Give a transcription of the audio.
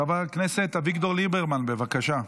חבר הכנסת אביגדור ליברמן, בבקשה.